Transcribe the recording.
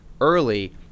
early